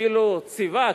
אפילו ציווה,